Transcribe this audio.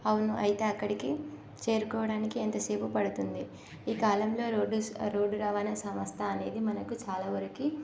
అవును అయితే అక్కడికి చేరుకోవడానికి ఎంతసేపు పడుతుంది ఈ కాలంలో రోడ్డు స రోడ్డు రవాణా సంస్థ అనేది మనకు చాలా వరకు